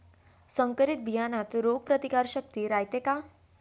संकरित बियान्यात रोग प्रतिकारशक्ती रायते का?